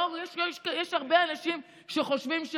יש הרבה אנשים שחושבים,